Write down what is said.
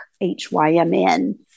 H-Y-M-N